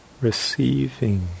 receiving